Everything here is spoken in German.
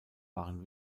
waren